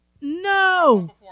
No